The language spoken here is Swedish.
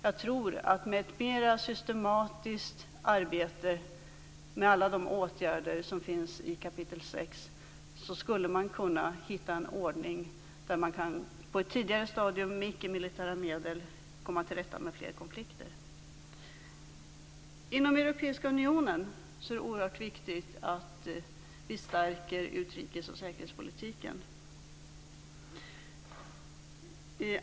Jag tror att man med ett mera systematiskt arbete med alla de åtgärder som finns i kapitel 6 skulle kunna hitta en ordning där man på ett tidigare stadium med icke-militära medel kan komma till rätta med fler konflikter. Inom Europeiska unionen är det oerhört viktigt att vi stärker utrikes och säkerhetspolitiken.